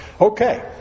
Okay